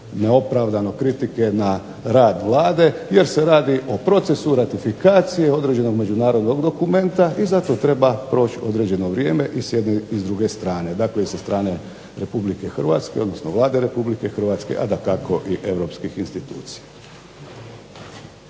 neopravdano kritike na rad Vlade jer se radi o procesu ratifikacije određenog međunarodnog dokumenta i za to treba proći određeno vrijeme i s jedne i s druge strane. Dakle, i sa strane Republike Hrvatske, odnosno Vlade Republike Hrvatske a dakako i europskih institucija.